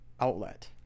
outlet